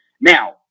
Now